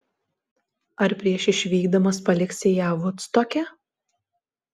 ar prieš išvykdamas paliksi ją vudstoke